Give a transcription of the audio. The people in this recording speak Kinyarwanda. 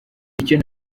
icyo